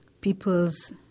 people's